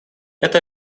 это